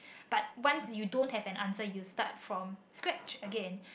but once you don't have an answer you start from sketch again